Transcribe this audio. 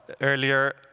earlier